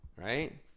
right